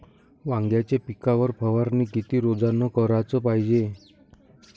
वांग्याच्या पिकावर फवारनी किती रोजानं कराच पायजे?